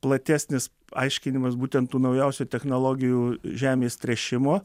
platesnis aiškinimas būtent tų naujausių technologijų žemės tręšimo